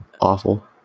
awful